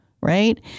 Right